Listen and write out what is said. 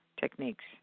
techniques